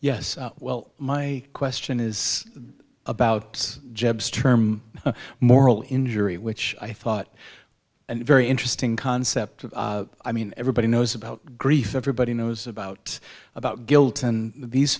yes well my question is about jobs term moral injury which i thought and very interesting concept of i mean everybody knows about grief everybody knows about about guilt and these